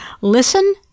listen